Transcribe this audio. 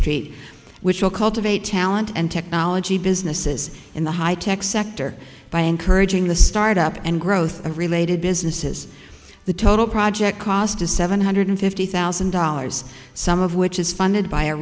street which will cultivate talent and technology businesses in the high tech sector by encouraging the startup and growth of related businesses the total project cost is seven hundred fifty thousand dollars some of which is funded by